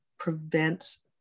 prevents